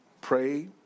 pray